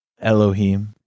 Elohim